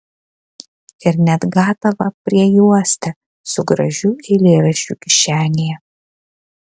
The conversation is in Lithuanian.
ir net gatavą priejuostę su gražiu eilėraščiu kišenėje